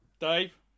Dave